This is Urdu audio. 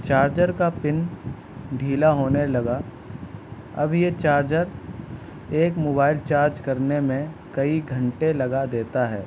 چارجر کا پن ڈھیلا ہونے لگا اب یہ چارجر ایک موبائل چارج کرنے میں کئی گھنٹے لگا دیتا ہے